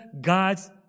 God's